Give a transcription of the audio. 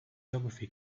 geography